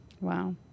Wow